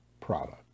product